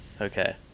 Okay